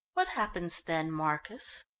what happens then, marcus?